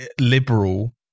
liberal